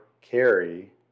carry